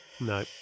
no